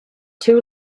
two